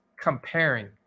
comparing